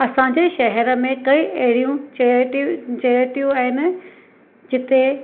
असांजे शहरु में कई अहिड़ियूं चैरिटीयूं आहिनि जिते